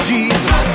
Jesus